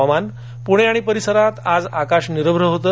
हवामान पुणे आणि परिसरात आज आकाश निरभ्र होतं